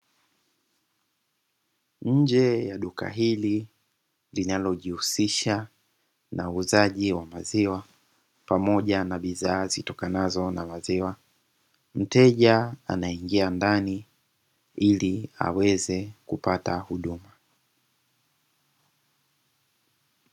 Nje ya duka hili, linalojihusisha na uuzaji wa maziwa pamoja na bidhaa zitokanazo na maziwa. Mteja anaingia ndani ili aweze kupata huduma.